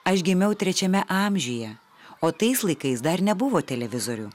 aš gimiau trečiame amžiuje o tais laikais dar nebuvo televizorių